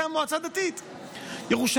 זה אדם שמסור לתפקיד שלו יומם ולילה.